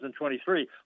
2023